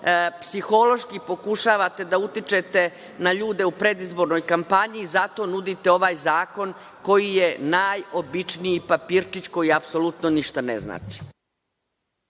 psihološki pokušavate da utičete na ljude u predizbornoj kampanji i zato nudite ovaj zakon koji je najobičniji papirčić, koji apsolutno ništa ne znači.